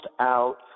out